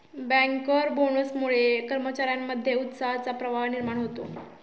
banker बोनसमुळे कर्मचार्यांमध्ये उत्साहाचा प्रवाह निर्माण होतो